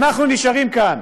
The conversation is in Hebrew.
אנחנו נשארים כאן.